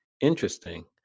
interesting